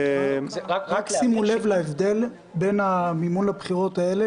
רק שימו לב להבדל בין מימון הבחירות הללו,